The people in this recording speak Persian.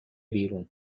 بیرون